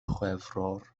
chwefror